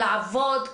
לעבוד,